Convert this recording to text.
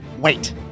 Wait